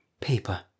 Paper